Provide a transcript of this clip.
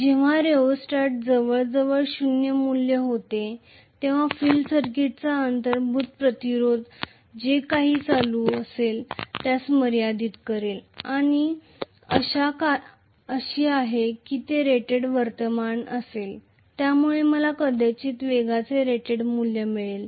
जेव्हा रिओस्टेट जवळजवळ शून्य मूल्य होते तेव्हा फील्ड सर्किटचा अंतर्भूत प्रतिरोध जे काही करंटअसेल त्यास मर्यादित करेल आणि आशा आहे की ते रेटेड करंट असेल ज्यामुळे मला कदाचित वेगाचे रेटेड मूल्य मिळेल